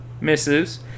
misses